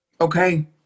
Okay